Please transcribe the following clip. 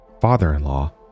father-in-law